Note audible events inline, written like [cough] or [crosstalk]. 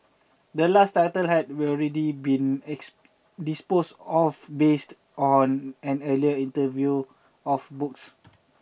the last title had already been [unintelligible] disposed off based on an earlier interview of books